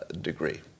degree